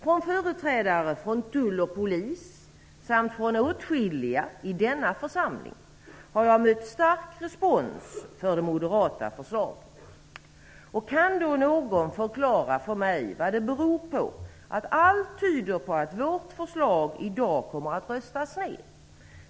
Från företrädare för tull och polis samt från åtskilliga i denna församling har jag mött stark respons för det moderata förslaget. Kan någon förklara för mig vad det beror på att allt tyder på att vårt förslag i dag kommer att röstas ned?